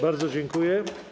Bardzo dziękuję.